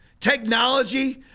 technology